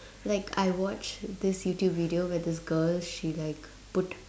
like I watched this YouTube video where this girl she like put